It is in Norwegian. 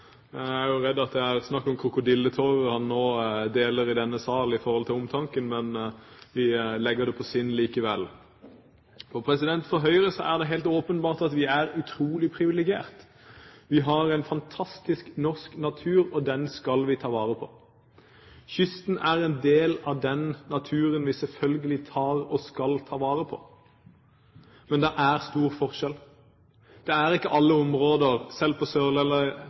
Jeg er redd for at det er snakk om krokodilletårer som han nå deler i denne sal når det gjelder omtanken, men vi legger oss det på sinne likevel. For Høyre er det helt åpenbart at vi er utrolig privilegert. Vi har en fantastisk norsk natur, og den skal vi ta vare på. Kysten er en del av den naturen vi selvfølgelig tar og skal ta vare på. Men det er stor forskjell. Det er ikke alle områder, selv ikke på Sørlandet eller